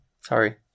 Sorry